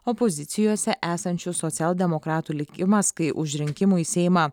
opozicijose esančių socialdemokratų likimas kai už rinkimų į seimą